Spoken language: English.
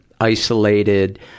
isolated